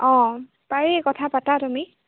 অঁ পাৰি কথা পাতা তুমি